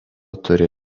turi